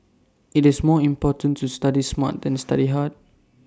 IT is more important to study smart than to study hard